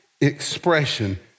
expression